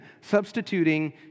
substituting